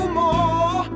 more